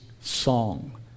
song